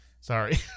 sorry